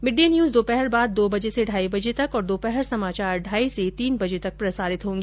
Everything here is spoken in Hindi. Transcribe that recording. मिड डे न्यूज दोपहर बाद दो बजे से ढाई बजे तक और दोपहर समाचार ढाई बजे से तीन बजे तक प्रसारित होगा